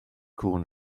cŵn